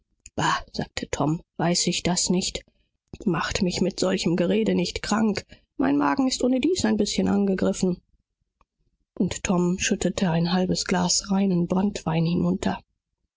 sagte tom weiß ich nicht macht mir nicht übel mit eurem unsinn mein magen ist so nicht in ordnung und tom schüttete ein halbes glas reinen brandwein hinunter